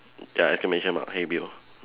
ya exclamation mark hey Bill